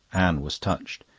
anne was touched.